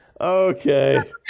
Okay